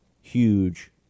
huge